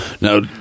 Now